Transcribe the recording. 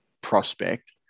prospect